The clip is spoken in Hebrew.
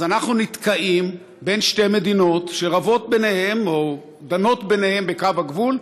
אז אנחנו נתקעים בין שתי מדינות שרבות ביניהן או דנות ביניהן בקו הגבול,